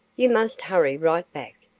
you must hurry right back.